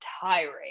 tirade